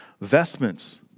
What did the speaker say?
vestments